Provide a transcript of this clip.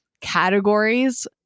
categories